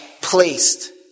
placed